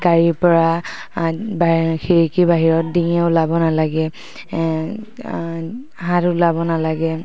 গাড়ীৰ পৰা খিৰিকী বাহিৰত ডিঙি ওলাব নালাগে হাত ওলাব নালাগে